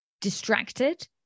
distracted